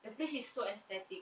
the place is so aesthetic